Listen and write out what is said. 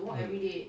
mm